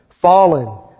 Fallen